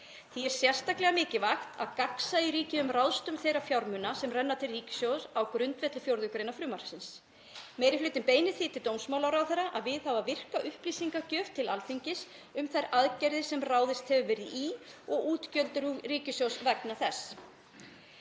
Því er sérstaklega mikilvægt að gagnsæi ríki um ráðstöfun þeirra fjármuna sem renna til ríkissjóðs á grundvelli 4. gr. frumvarpsins. Meiri hlutinn beinir því til dómsmálaráðherra að viðhafa virka upplýsingagjöf til Alþingis um þær aðgerðir sem ráðist hefur verið í og útgjöld ríkissjóðs vegna þeirra.“